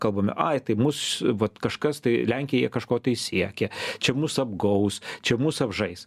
kalbame ai tai mus vat kažkas tai lenkija kažko tai siekia čia mus apgaus čia mus apžais